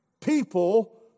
people